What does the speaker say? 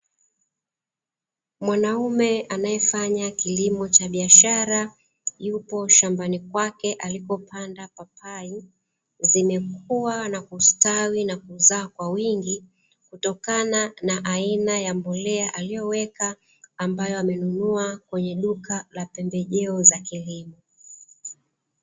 Mwanaume anayefanya kilimo cha biashara, yupo shambani kwake alipopanda papai, zimekua, na kustawi na kuzaa kwa wingi kutokana na aina ya mbolea aliyoweka, ambayo amenunua kwenye duka la pembejeo za kilimo.